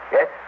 Yes